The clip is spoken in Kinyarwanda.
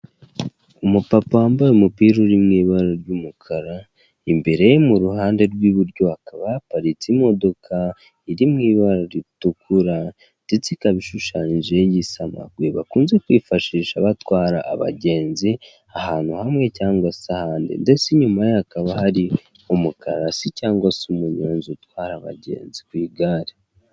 Umupapa wambaye umupira uri mu ibara ry'umukara imbere mu ruhande rw'iburyo hakaba haparitse imodoka iri mu ibara ritukura, ndetse ikaba ishushanyije igisamagwe bakunze kwifashisha batwara abagenzi ahantu hamwe cyangwa se ahandi, ndetse nyuma hakaba hari umukarasi cyangwa se umunyonzi utwara abagenzi ku igare.